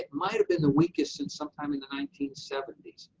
might have been the weakest since sometime in nineteen seventy s.